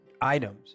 items